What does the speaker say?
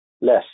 less